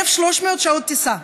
1,300 שעות טיסה,